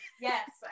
yes